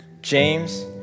James